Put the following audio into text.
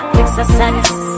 exercise